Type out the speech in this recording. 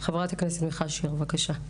חה"כ מיכל שיר, בבקשה.